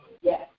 Yes